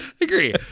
agree